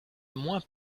moins